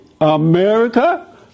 America